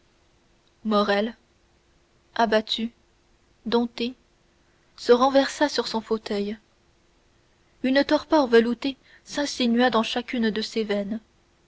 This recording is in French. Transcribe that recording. morrel abattu dompté se renversa sur son fauteuil une torpeur veloutée s'insinua dans chacune de ses veines